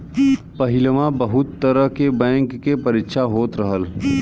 पहिलवा बहुत तरह के बैंक के परीक्षा होत रहल